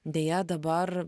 deja dabar